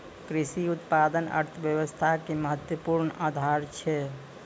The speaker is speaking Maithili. कृषि उत्पाद अर्थव्यवस्था के महत्वपूर्ण आधार छै